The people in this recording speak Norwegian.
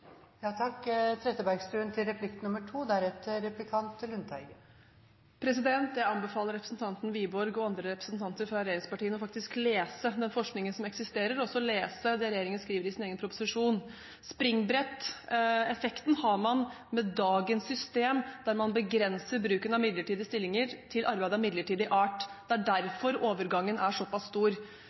ja, midlertidige ansettelser er et springbrett, og vi har også sørget for klare rammer, så det ikke skal misbrukes. Jeg anbefaler representanten Wiborg og andre representanter fra regjeringspartiene faktisk å lese den forskningen som eksisterer, og også å lese det regjeringen skriver i sin egen proposisjon. Springbretteffekten har man med dagens system, der man begrenser bruken av midlertidige stillinger til arbeid av midlertidig art. Det er derfor overgangen er såpass stor.